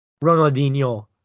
Ronaldinho